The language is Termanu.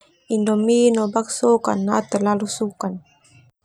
Indomie no bakso karna au talalu suka.